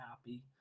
happy